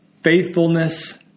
faithfulness